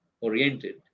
oriented